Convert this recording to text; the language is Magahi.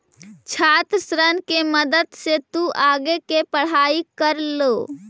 छात्र ऋण के मदद से तु आगे के पढ़ाई कर ले